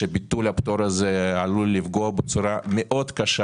שביטול הפטור הזה עלול לפגוע בצורה מאוד קשה